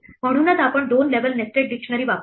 म्हणूनच आपण दोन लेव्हल नेस्टेड डिक्शनरी वापरतो